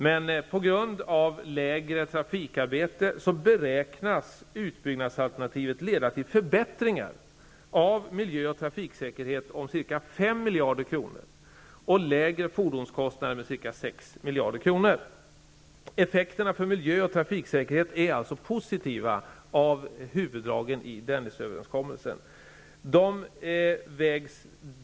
Men på grund av mindre trafikarbete beräknas utbyggnadsalternativet leda till förbättringar av miljön och trafiksäkerheten till ett värde av ca 5 miljarder kronor och lägre fordonskostnader med ca 6 miljarder kronor. Effekterna på miljön och trafiksäkerheten blir alltså positiva om huvuddragen i Dennisöverenskommelsen genomförs.